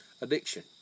addiction